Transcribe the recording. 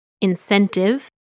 incentive